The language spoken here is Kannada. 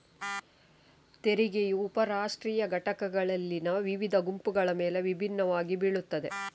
ತೆರಿಗೆಯು ಉಪ ರಾಷ್ಟ್ರೀಯ ಘಟಕಗಳಲ್ಲಿನ ವಿವಿಧ ಗುಂಪುಗಳ ಮೇಲೆ ವಿಭಿನ್ನವಾಗಿ ಬೀಳುತ್ತದೆ